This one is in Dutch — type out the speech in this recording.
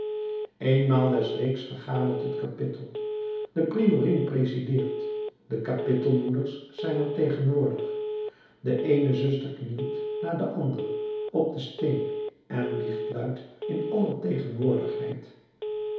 eenmaal des weeks vergadert het kapittel de priorin presideert de kapittelmoeders zijn er tegenwoordig de eene zuster knielt na de andere op den steen en biecht luid in aller tegenwoordigheid